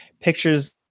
pictures